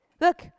Look